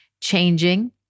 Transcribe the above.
changing